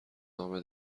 نامه